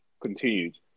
continued